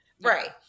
Right